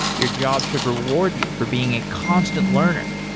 your job should reward you for being a constant learner,